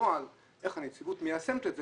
הנוהל, איך הנציבות מיישמת את זה,